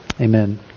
Amen